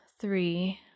three